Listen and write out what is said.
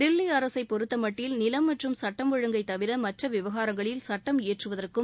தில்லி அரசை பொறுத்தமட்டில் நிலம் மற்றும் சுட்டம் ஒழுங்கை தவிர மற்ற விவகாரங்களில் சட்டம் இயற்றவதற்கும்